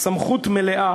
סמכות מלאה